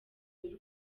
y’u